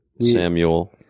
samuel